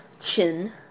chin